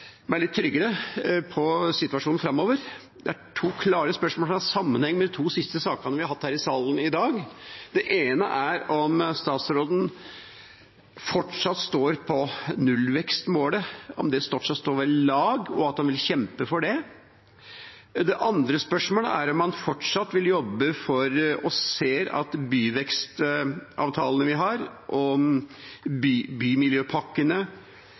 meg litt tryggere på situasjonen framover. Det er to klare spørsmål, som har sammenheng med de to siste sakene vi har hatt i salen i dag. Det ene er om statsråden fortsatt står på nullvekstmålet, om det fortsatt står ved lag, og om han vil kjempe for det. Det andre spørsmålet er om han fortsatt vil jobbe for byvekstavtalene vi har, og ser at bymiljøpakkene